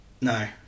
No